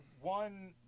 one